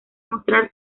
mostrar